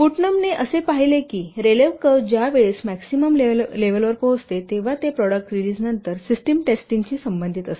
पुटनमने असे पाहिले की रेलेव्ह कर्व ज्या वेळेस मॅक्सिमम लेव्हल वर पोचते तेव्हा ते प्रॉडक्ट रिलीजनंतर सिस्टम टेस्टिंग शी संबंधित असते